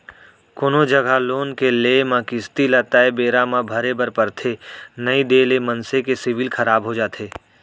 कोनो जघा लोन के लेए म किस्ती ल तय बेरा म भरे बर परथे नइ देय ले मनसे के सिविल खराब हो जाथे